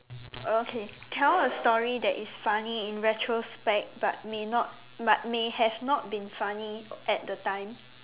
okay tell a story that is funny in retrospect but may not but may have not been funny at the time